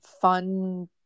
fun